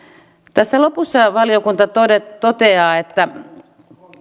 tässä lopussa valiokunta toteaa että